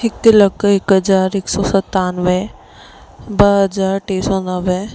हिकु लख हिकु हज़ार हिक सौ सतानवें ॿ हज़ार टे सौ नवें